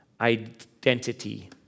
identity